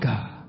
God